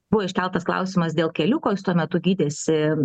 buvo iškeltas klausimas dėl keliuko jis tuo metu gydėsi